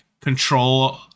control